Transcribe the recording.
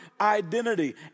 identity